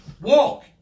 Walk